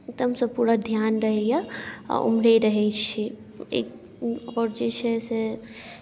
एकदमसँ पूरा ध्यान रहैए आ ओम्हरे रहै छी एक आओर जे छै से